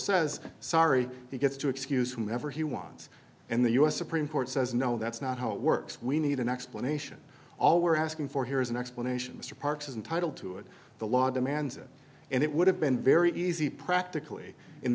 says sorry he gets to excuse whoever he wants in the u s supreme court says no that's not how it works we need an explanation all we're asking for here is an explanation mr parks is entitle to and the law demands it and it would have been very easy practically in